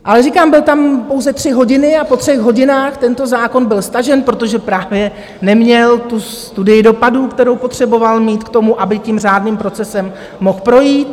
Ale říkám, byl tam pouze tři hodiny a po třech hodinách tento zákon byl stažen, protože právě neměl tu studii dopadů, kterou potřeboval mít k tomu, aby tím řádným procesem mohl projít.